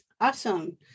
Awesome